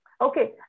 okay